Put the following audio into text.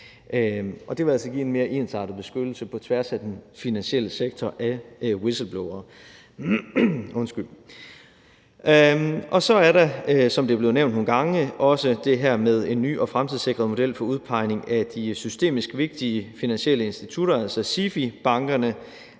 Det vil altså give en mere ensartet beskyttelse på tværs af den finansielle sektor af whistleblowere. Så er der, som det er blevet nævnt nogle gange, også det her med en ny og fremtidssikret model for udpegning af de systemisk vigtige finansielle institutter, altså SIFI-bankerne,